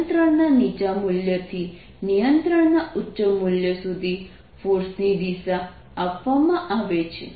નિયંત્રણના નીચા મૂલ્યથી નિયંત્રણના ઉચ્ચ મૂલ્ય સુધી ફોર્સની દિશા આપવામાં આવે છે